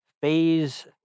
phase